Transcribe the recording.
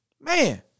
man